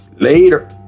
Later